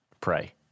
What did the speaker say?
pray